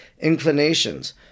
inclinations